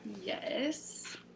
yes